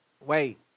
wait